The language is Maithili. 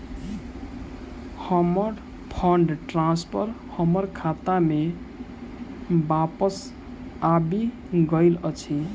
हमर फंड ट्रांसफर हमर खाता मे बापस आबि गइल अछि